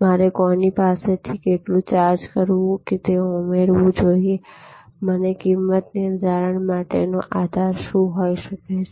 મારે કોની પાસેથી કેટલું ચાર્જ કરવું તે ઉમેરવું જોઈએ કિંમત નિર્ધારણ માટેનો આધાર શું છે